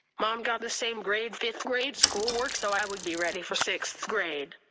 mom got the same grade fifth grade school work so i would be ready for sixth grade.